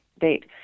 date